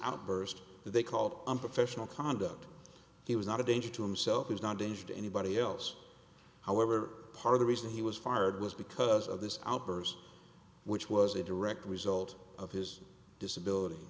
outburst they called unprofessional conduct he was not a danger to himself he was not danger to anybody else however part of the reason he was fired was because of this outburst which was a direct result of his disability